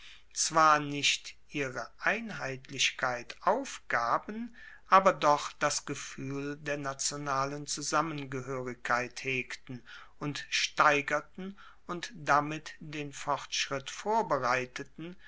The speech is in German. zwar nicht ihre einheitlichkeit aufgaben aber doch das gefuehl der nationalen zusammengehoerigkeit hegten und steigerten und damit den fortschritt vorbereiteten